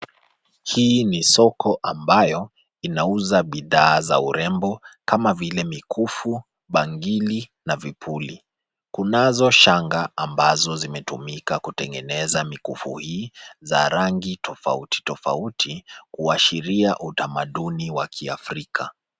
Hii ni soko ambayo inauza bidhaa za urembo kama vile mikufu, bangili na vipuli. Kunazo shanga ambazo zimetumika kutengeneza mikufu hii, za rangi tofauti tofauti kuashiria utamaduni wa kiafrika.